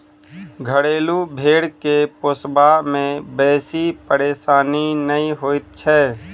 घरेलू भेंड़ के पोसबा मे बेसी परेशानी नै होइत छै